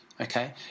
Okay